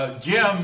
Jim